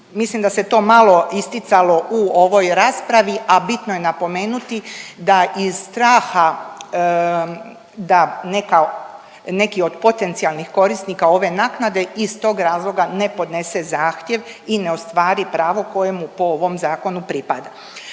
Mislim da se to malo isticalo u ovoj raspravi, a bitno je napomenuti da iz straha da neki od potencijalnih korisnika ove naknade iz tog razloga ne podnese zahtjev i ne ostvari pravo koje mu po ovom zakonu pripada.